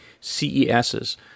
ces's